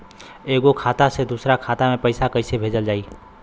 एगो खाता से दूसरा खाता मे पैसा कइसे भेजल जाई?